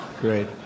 Great